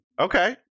Okay